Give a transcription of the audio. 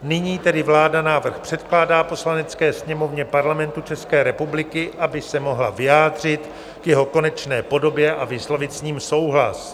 Nyní tedy vláda návrh předkládá Poslanecké sněmovně Parlamentu ČR, aby se mohla vyjádřit k jeho konečné podobě a vyslovit s ním souhlas.